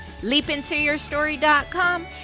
leapintoyourstory.com